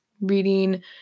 reading